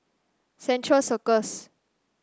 Central Circus